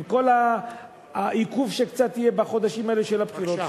עם כל העיכוב שקצת יהיה בחודשים האלה של הבחירות,